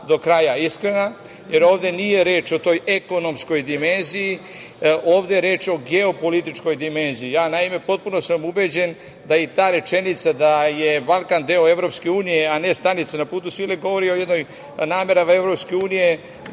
do kraja iskrena, jer ovde nije reč o toj ekonomskoj dimenziji, ovde je reč o geopolitičkoj dimenziji. Naime, potpuno sam ubeđen da i ta rečenica da je Balkan deo EU, a ne stanica na Putu svile govori o namerama EU da bude